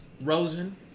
Rosen